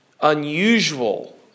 unusual